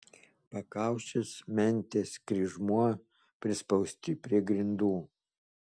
pakaušis mentės kryžmuo prispausti prie grindų